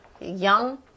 young